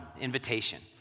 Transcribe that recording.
invitation